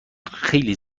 خیلی